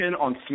on